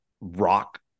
Rock